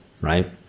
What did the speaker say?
right